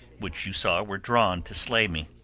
which you saw were drawn to slay me.